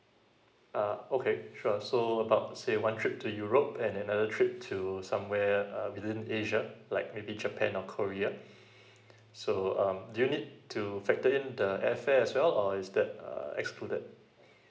uh okay sure so about say one trip to europe and another trip to somewhere uh within asia like maybe japan or korea so um do you need to factor in the air fare as well or is that uh excluded